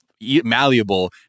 malleable